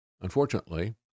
unfortunately